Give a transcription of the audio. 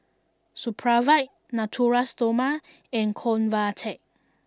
Supravit Natura Stoma and Convatec